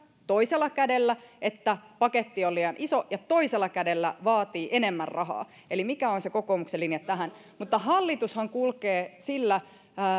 toisella kädellä kritisoi sitä että paketti on liian iso ja toisella kädellä vaatii enemmän rahaa mikä on se kokoomuksen linja tähän hallitushan kulkee sillä